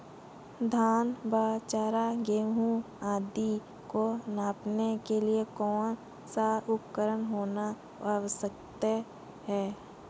धान बाजरा गेहूँ आदि को मापने के लिए कौन सा उपकरण होना आवश्यक है?